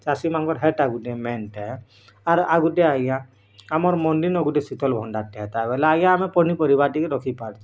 ଚାଷିମାନ୍କର୍ ହେଟା ଗୁଟେ ମେନ୍ଟା ଏ ଆର୍ ଆଉ ଗୁଟେ ଆଜ୍ଞା ଆମର୍ ମଣ୍ଡି ନ ଗୁଟେ ଶୀତଲ୍ ଭଣ୍ଡାର ହେତା ବଏଲେ ଆଜ୍ଞା ଆମେ ପନିପରିବା ଟିକେ ରଖିପାର୍ତୁ